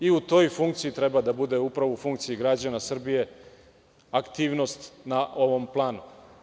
U toj funkciji treba da bude, upravo u funkciji građana Srbije, aktivnost na ovom planu.